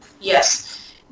Yes